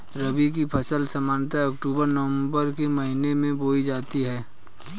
रबी की फ़सल सामान्यतः अक्तूबर नवम्बर के महीने में बोई जाती हैं